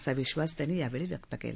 असा विश्वास त्यांनी यावेळी व्यक्त केला